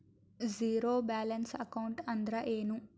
Zero balance account ಅಂದ್ರ ಏನು?